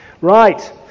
Right